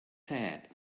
sad